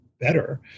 better